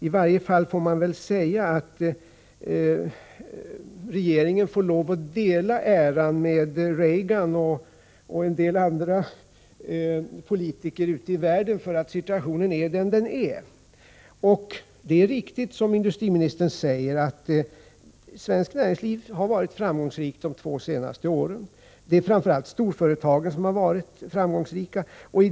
I varje fall kan man väl säga att regeringen får lov att dela äran med Reagan och en del andra politiker ute i världen för att situationen är som den är. Det är riktigt, som industriministern säger, att svenskt näringsliv har varit framgångsrikt de två senaste åren. Framför allt storföretagen har varit framgångsrika.